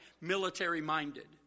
military-minded